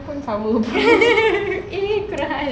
eh kurang ajar